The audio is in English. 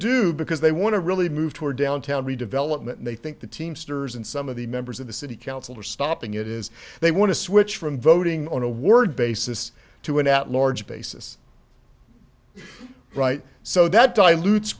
do because they want to really move toward downtown redevelopment and they think the teamsters and some of the members of the city council are stopping it is they want to switch from voting on a ward basis to an at large basis right so that dilutes